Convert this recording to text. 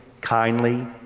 kindly